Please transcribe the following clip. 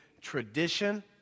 tradition